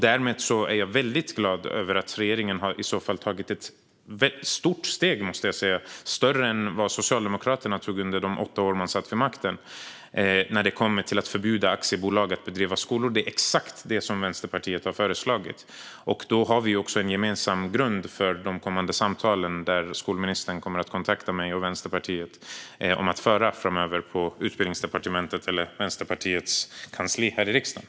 Därför är jag väldigt glad över att regeringen i så fall har tagit ett stort steg, större än det Socialdemokraterna tog under de åtta år de satt vid makten, när det gäller att förbjuda aktiebolag att driva skolor. Det är exakt detta som Vänsterpartiet har föreslagit. Då har vi också en gemensam grund för de kommande samtalen, som skolministern kommer att kontakta mig och Vänsterpartiet om att föra framöver, på Utbildningsdepartementet eller på Vänsterpartiets kansli här i riksdagen.